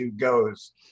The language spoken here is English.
goes